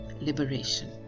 liberation